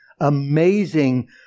amazing